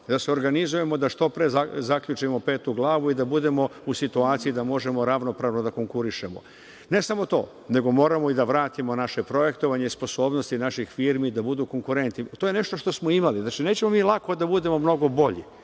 da se organizujemo da što pre zaključimo Petu Glavu i da budemo u situaciju da možemo ravnopravno da konkurišemo. Ne samo to, nego moramo i da vratimo naše projektovanje i sposobnosti naših firmi da budu konkurenti. To je nešto što smo imali, znači nećemo mi lako da budemo mnogo bolji,